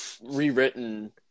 rewritten